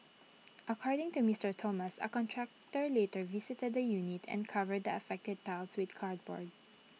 according to Mister Thomas A contractor later visited the unit and covered the affected tiles with cardboard